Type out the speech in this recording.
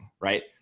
right